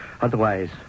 Otherwise